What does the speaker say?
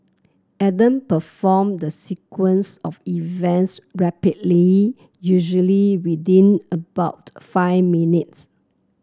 Adam performed the sequence of events rapidly usually within about five minutes